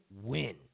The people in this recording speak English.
win